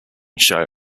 show